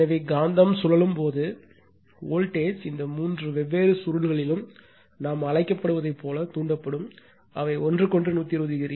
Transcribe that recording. எனவே காந்தம் சுழலும் போது வோல்ட்டேஜ் இந்த மூன்று வெவ்வேறு சுருள்களிலும் நாம் அழைக்கப்படுவதைப் போலவே தூண்டப்படும் அவை ஒன்றுக்கொன்று 120